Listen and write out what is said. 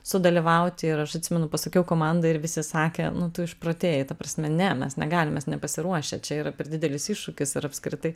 sudalyvauti ir aš atsimenu pasakiau komandai ir visi sakė nu tu išprotėjai ta prasme ne mes negalim mes nepasiruošę čia yra per didelis iššūkis ir apskritai